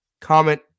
comment